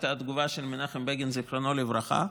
אתם יודעים מה הייתה התגובה של מנחם בגין זיכרונו לברכה?